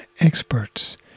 experts